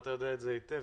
ואתה יודע את זה היטב,